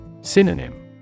Synonym